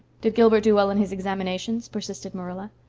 did gilbert do well in his examinations? persisted marilla.